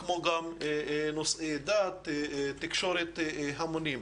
כמו גם נושאי דת ותקשורת המונים.